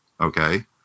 Okay